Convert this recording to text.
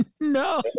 No